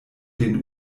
den